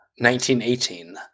1918